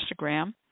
Instagram